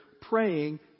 Praying